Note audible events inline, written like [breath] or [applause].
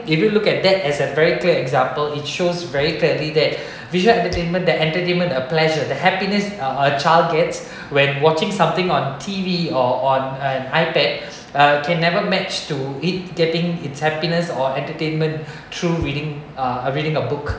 if you look at that as a very clear example it shows very clearly that [breath] visual entertainment the entertainment a pleasure the happiness a child gets when watching something on T_V or on an iPad uh can never match to it getting its happiness or entertainment through reading uh reading a book